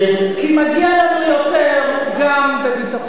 כי מגיע לנו יותר גם בביטחון.